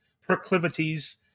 proclivities